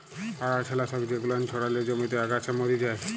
আগাছা লাশক জেগুলান ছড়ালে জমিতে আগাছা ম্যরে যায়